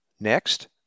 Next